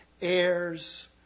heirs